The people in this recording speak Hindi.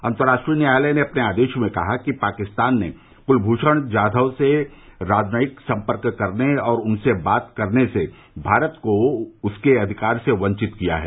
अंतर्राष्ट्रीय न्यायालय ने अपने आदेश में कहा कि पाकिस्तान ने कुलभूषण जाधव से राजनयिक संपर्क करने और उनसे बात करने से भारत को उसके अधिकार से वंचित किया है